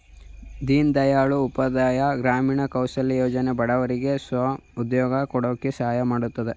ದೀನ್ ದಯಾಳ್ ಉಪಾಧ್ಯಾಯ ಗ್ರಾಮೀಣ ಕೌಶಲ್ಯ ಯೋಜನೆ ಬಡವರಿಗೆ ಸ್ವ ಉದ್ಯೋಗ ಕೊಡಕೆ ಸಹಾಯ ಮಾಡುತ್ತಿದೆ